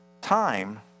time